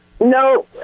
No